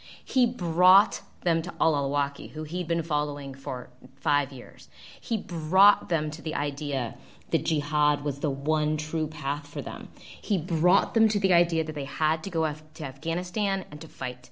he brought them to a walkie who he had been following for five years he brought them to the idea the jihad was the one true path for them he brought them to the idea that they had to go to afghanistan and to fight